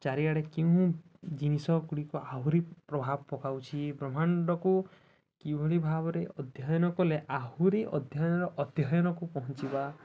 ଚାରିଆଡ଼େ କେଉଁ ଜିନିଷ ଗୁଡ଼ିକ ଆହୁରି ପ୍ରଭାବ ପକାଉଛି ବ୍ରହ୍ମାଣ୍ଡକୁ କିଭଳି ଭାବରେ ଅଧ୍ୟୟନ କଲେ ଆହୁରି ଅଧ୍ୟୟନର ଅଧ୍ୟୟନକୁ ପହଞ୍ଚିବା